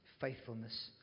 faithfulness